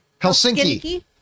Helsinki